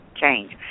change